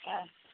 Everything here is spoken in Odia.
ହଁ